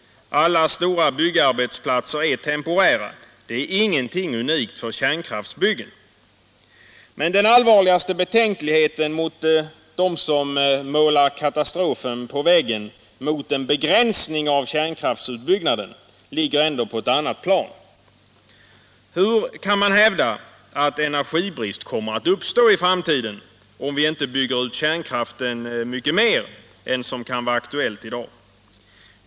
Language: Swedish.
Alla stora byggarbetsplatser är temporära, det är inget unikt för kärnkraftsbyggen. Men den allvarligaste betänkligheten mot dem som målar katastrofen på väggen vid en begränsning av kärnkraftsutbyggnaden ligger på ett annat plan. Hur kan man hävda att energibrist kommer att uppstå i framtiden om vi inte bygger ut kärnkraften mycket mer än som är aktuellt i dag?